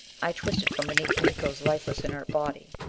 i twisted from beneath miko's lifeless, inert body.